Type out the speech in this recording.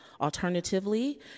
Alternatively